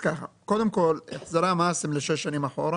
אז קודם כל החזרי המס הם לשש שנים אחורה